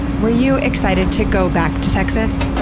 were you excited to go back to texas?